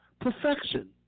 Perfection